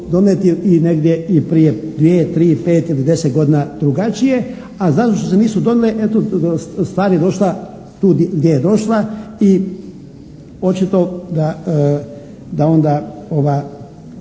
donijeti negdje i prije tri, pet ili deset godina drugačije a zato što se nisu donijele stvar je došla tu gdje je došla i očito da onda ova